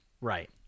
Right